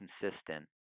consistent